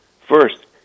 First